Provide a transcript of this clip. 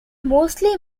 mostly